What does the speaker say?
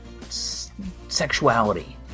sexuality